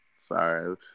Sorry